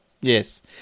Yes